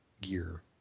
gear